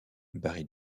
barry